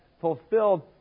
fulfilled